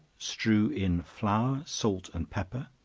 strew in flour, salt, and pepper,